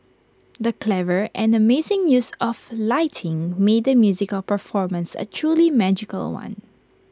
the clever and amazing use of lighting made the musical performance A truly magical one